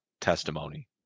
testimony